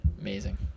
amazing